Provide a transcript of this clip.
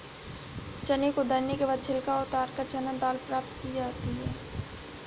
चने को दरने के बाद छिलका उतारकर चना दाल प्राप्त की जाती है